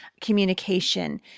communication